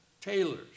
tailors